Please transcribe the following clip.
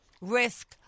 risk